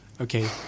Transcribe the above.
Okay